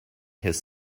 his